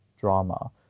drama